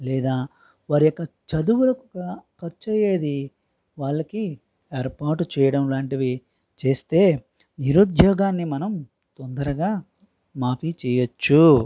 లేదా వారి యొక్క చదువులకి గా ఖర్చు అయ్యేది వాళ్ళకి ఏర్పాటు చేయడం లాంటివి చేస్తే నిరుద్యోగాన్ని మనం తొందరగా మాఫీ చెయ్యవచ్చు